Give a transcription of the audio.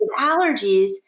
allergies